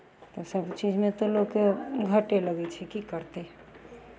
सभचीजमे तऽ लोककेँ घाटे लगै छै की करतै